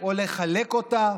או לחלק אותה